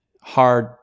Hard